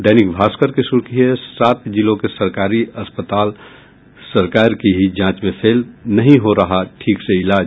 दैनिक भास्कर की सुर्खी है सात जिलों के सरकारी अस्पताल सरकार की ही जांच में फेल नहीं हो रहा है ठीक से इलाज